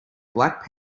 black